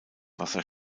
wasser